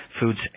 foods